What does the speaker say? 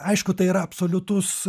aišku tai yra absoliutus